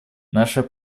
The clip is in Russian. наше